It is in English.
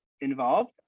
involved